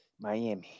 miami